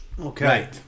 Okay